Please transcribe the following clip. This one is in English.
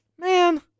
man